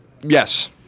Yes